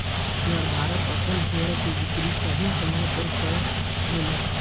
शेयरधारक अपन शेयर के बिक्री सही समय पर कय लेलक